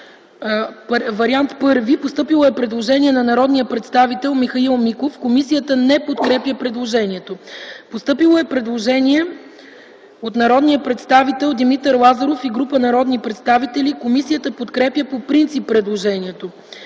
вариант първи е постъпило предложение от народния представител Михаил Миков. Комисията не подкрепя предложението. Постъпило е предложение от народния представител Димитър Лазаров и група народни представители. Комисията подкрепя по принцип предложението.